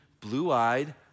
blue-eyed